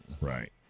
Right